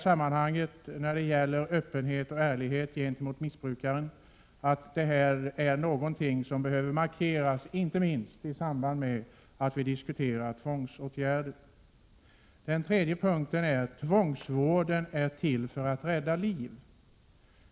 Öppenheten och ärligheten gentemot missbrukaren är något som behöver markeras, inte minst i samband med att vi diskuterar tvångsåtgärder. Det tredje som jag vill peka på är att tvångsvården är till för att rädda liv.